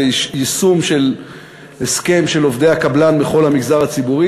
זה יישום של הסכם של עובדי הקבלן בכל המגזר הציבורי.